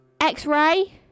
X-Ray